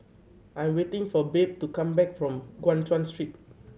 I'm waiting for Babe to come back from Guan Chuan Street